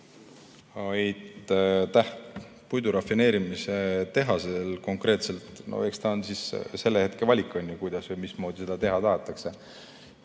Aitäh! Puidu rafineerimise tehas konkreetselt, no eks see on siis selle hetke valik, kuidas või mismoodi seda teha tahetakse.